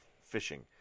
fishing